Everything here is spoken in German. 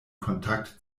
kontakt